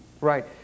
right